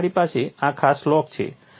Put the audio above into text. અને તમારી પાસે આ ખાસ લોક છે